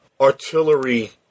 artillery